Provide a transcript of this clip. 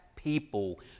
People